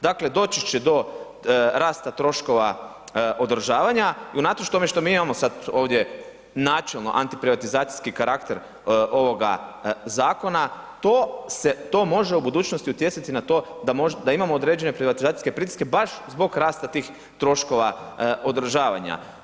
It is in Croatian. Dakle, doći će do rasta troškova održavanja i unatoč tome što mi imamo sad ovdje načelno antiprivatizacijski karakter ovoga zakona, to može u budućnosti utjecati na to da imamo određene privatizacijske pritiske baš zbog rasta tih troškova održavanja.